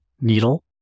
needle